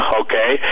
okay